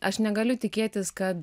aš negaliu tikėtis kad